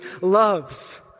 loves